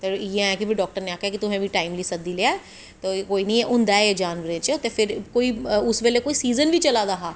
ते इयां ऐ फिर डाक्टर नै मिगी आक्खेआ कि तुसैं टैम दे मिगी सद्दी लेआ ऐ ते कोई नी होंदा ऐ एह् जानवरें च ते उस बेल्लै कोई सीज़न बी चला दा हा